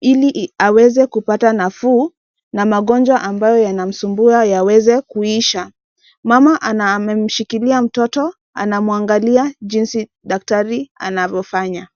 ili aweze kupata nafuu na magonjwa ambayo yanamsumbua yaweze kuisha. Mama amemshikilia mtoto anamwangalia daktari anavyofanya.